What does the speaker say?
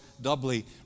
doubly